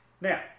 Now